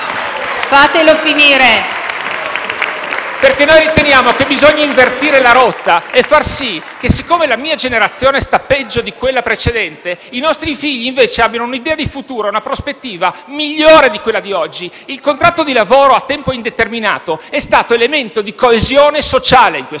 Perché noi riteniamo che bisogna invertire la rotta e far sì che, siccome la mia generazione sta peggio di quella precedente, i nostri figli invece abbiano un'idea di futuro e una prospettiva migliore di quella di oggi. Il contratto di lavoro a tempo indeterminato è stato elemento di coesione sociale in questo Paese.